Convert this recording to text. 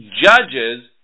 judges